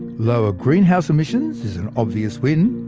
lower greenhouse emissions is an obvious win.